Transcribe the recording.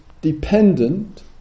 dependent